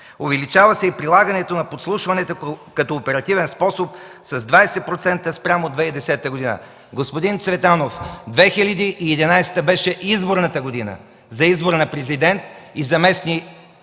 Увеличава се и прилагането на подслушваните като оперативен способ с 20% спрямо 2010 г.” Господин Цветанов, 2011 г. беше изборната година за избора на Президент и за местни